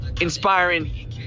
Inspiring